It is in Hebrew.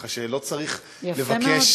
ככה שלא צריך לבקש,